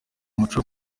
umuco